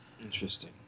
Interesting